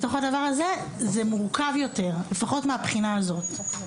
זה מורכב יותר, לפחות מהבחינה הזאת.